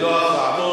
ללא הפרעה.